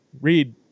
read